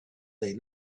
they